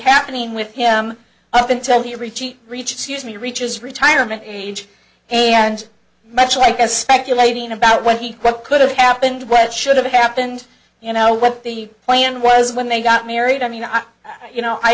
happening with him up until he reaches reach sushmita reaches retirement age and much like a speculating about what he what could have happened what should have happened you know what the plan was when they got married i mean i you know i